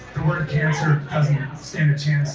word cancer doesn't stand a chance